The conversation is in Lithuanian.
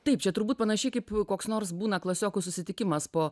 taip čia turbūt panašiai kaip koks nors būna klasiokų susitikimas po